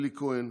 אלי כהן,